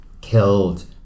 Killed